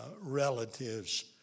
relatives